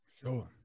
Sure